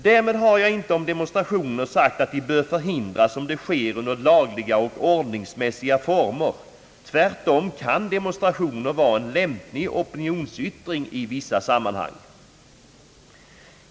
Därmed har jag inte sagt att demonstrationer bör förhindras om de sker under lagliga och ordnade former. Tvärtom, demonstrationer kan vara en lämplig opinionsyttring i vissa sammanhang.